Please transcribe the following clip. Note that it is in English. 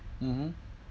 mmhmm